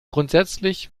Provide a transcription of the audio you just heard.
grundsätzlich